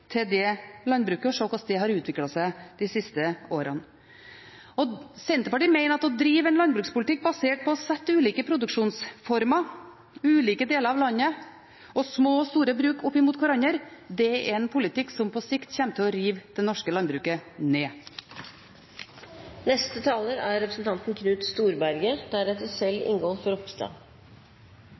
til det landbruket og se på hvordan det har utviklet seg de siste åra. Senterpartiet mener at å drive en landbrukspolitikk basert på å sette ulike produksjonsformer i ulike deler av landet og små og store bruk opp mot hverandre, er en politikk som på sikt kommer til å rive det norske landbruket ned. Også jeg syns at det har vært en god debatt, også med noen avklaringer. Det som representanten